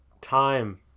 Time